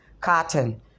Cotton